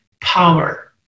power